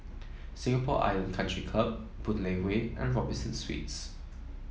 Singapore Island Country Club Boon Lay Way and Robinson Suites